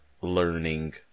learning